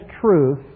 truth